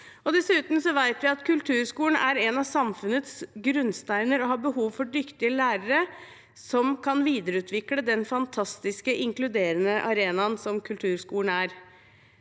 Dessuten vet vi at kulturskolen er en av samfunnets grunnsteiner og har behov for dyktige lærere som kan videreutvikle den fantastiske, inkluderende arenaen kulturskolen er.